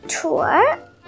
tour